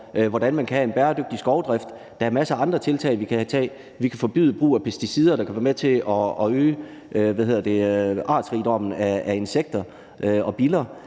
hvordan man kan have en bæredygtig skovdrift. Der er masser af andre tiltag, vi kan lave. Vi kan forbyde brug af pesticider, hvilket kan være med til at øge artsrigdommen af insekter, bl.a.